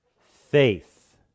faith